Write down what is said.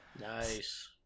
Nice